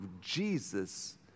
Jesus